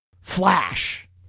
Flash